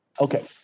Okay